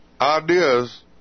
Ideas